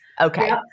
Okay